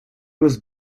was